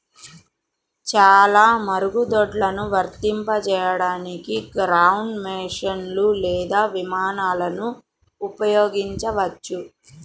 చాలా పురుగుమందులను వర్తింపజేయడానికి గ్రౌండ్ మెషీన్లు లేదా విమానాలను ఉపయోగించవచ్చు